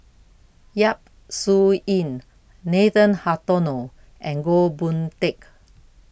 Yap Su Yin Nathan Hartono and Goh Boon Teck